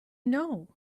know